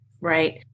Right